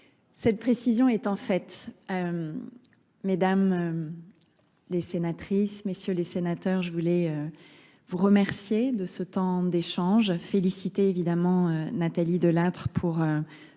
Cette précision est en fait, mesdames les sénatrices, messieurs les sénateurs, je voulais vous remercier de ce temps d'échange, féliciter évidemment Nathalie Delattre pour